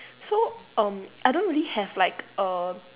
so um I don't really have like err